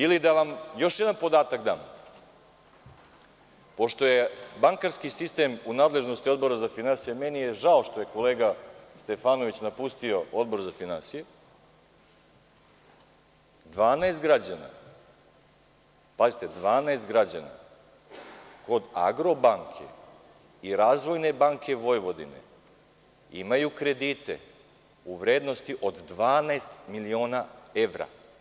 Ili da vam još jedan podatak dam, pošto je bankarski sistem u nadležnosti Odbora za finansije, meni je žao što je kolega Stefanović napustio Odbor za finansije, 12 građana, pazite 12 građana kod „Agrobanke“ i „Razvojne banke Vojvodine“ imaju kredite u vrednosti od 12 miliona evra.